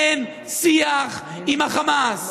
אין שיח עם החמאס,